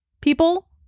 people